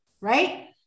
right